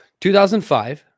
2005